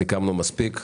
סיכמנו מספיק.